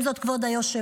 עם זאת, כבוד היושב-ראש,